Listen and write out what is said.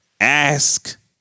ask